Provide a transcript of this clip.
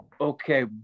Okay